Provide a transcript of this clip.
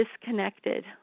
disconnected